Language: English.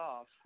off